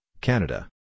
Canada